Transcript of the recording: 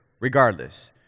regardless